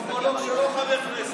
אתה חכמולוג שחושב שהוא יודע משהו,